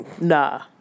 nah